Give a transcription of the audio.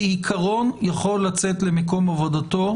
כעיקרון יכול לצאת למקום עבודתו.